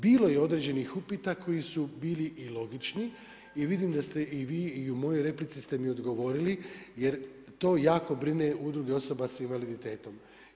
Bilo je određenih upita koji su bili i logični i vidim da ste i vi i u mojoj replici ste mi odgovorili jer to jako brine udruge osoba s invaliditetom.